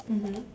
mmhmm